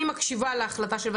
אני רק מקבלת פה אש וגופרית,